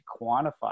quantify